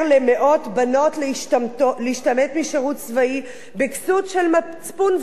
למאות בנות להשתמט משירות צבאי בכסות של מצפון,